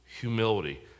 humility